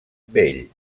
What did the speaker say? vell